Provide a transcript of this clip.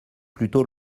plutôt